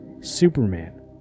Superman